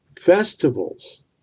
festivals